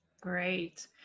Great